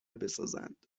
بسازند